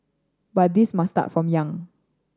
but this must start from young